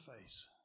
face